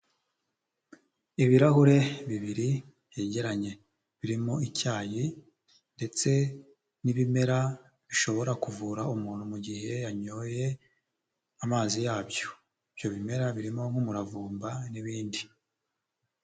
Ibirahure bibiri byegeranye, birimo icyayi ndetse n'ibimera bishobora kuvura umuntu mu gihe yanyoye amazi yabyo, ibyo bimera birimo nk'umuravumba n'ibindi.